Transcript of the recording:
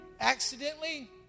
accidentally